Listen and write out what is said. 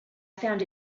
found